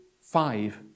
five